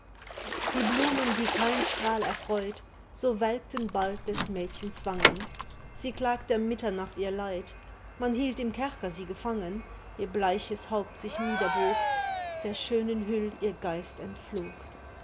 wie blumen die kein strahl erfreut so welkten bald des mädchens wangen sie klagt der mitternacht ihr leid man hielt im kerker sie gefangen ihr bleiches haupt sich niederbog der schönen hüll ihr geist